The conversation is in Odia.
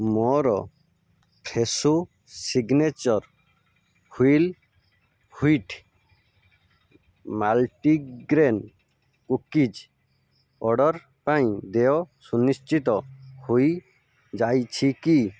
ମୋର fresh signature whole wheat multigrain cookies order ପାଇଁ ଦେୟ ସୁନିଶ୍ଚିତ ହୋଇଯାଇଛି କି